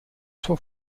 sua